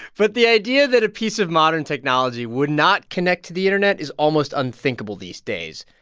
but the idea that a piece of modern technology would not connect to the internet is almost unthinkable these days.